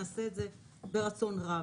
נעשה את זה ברצון רב.